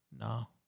No